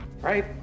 Right